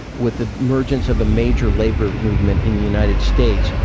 with the emergence of a major labour movement in the united states,